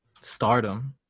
stardom